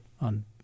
on